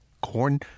corn